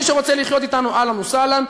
מי שרוצה לחיות אתנו, אהלן וסהלן.